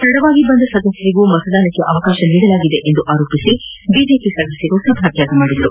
ತಡವಾಗಿ ಬಂದ ಸದಸ್ಥರಿಗೂ ಮತದಾನಕ್ಕೆ ಅವಕಾಶ ನೀಡಲಾಗಿದೆ ಎಂದು ಆರೋಪಿಸಿ ಬಿಜೆಪಿ ಸದಸ್ದರು ಸಭಾತ್ವಾಗ ಮಾಡಿದರು